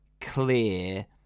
clear